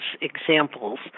examples